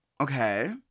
Okay